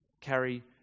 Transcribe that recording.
Carry